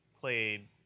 played